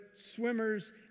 swimmers